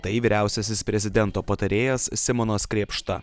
tai vyriausiasis prezidento patarėjas simonas krėpšta